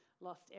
lost